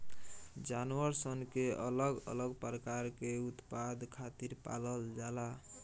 जानवर सन के अलग अलग प्रकार के उत्पाद खातिर पालल जाला